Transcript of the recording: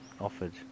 offered